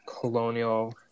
colonial